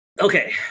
Okay